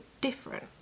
different